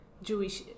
Jewish